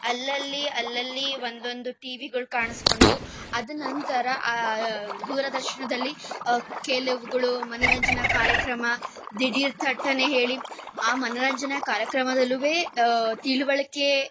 ಅಲ್ಲಲ್ಲಿ ಅಲ್ಲಲ್ಲಿ ಒಂದೊಂದು ಟಿವಿಗಳು ಕಾಣಿಸ್ಕೊಂಡವು ಅದ ನಂತರ ದೂರದರ್ಶನದಲ್ಲಿ ಕೆಲವುಗಳು ಮನರಂಜನಾ ಕಾರ್ಯಕ್ರಮ ದಿಢೀರ್ ಥಟ್ಟನೆ ಹೇಳಿ ಆ ಮನರಂಜನಾ ಕಾರ್ಯಕ್ರಮದಲ್ಲೂವೇ ತಿಳಿವಳಿಕೆ